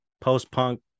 post-punk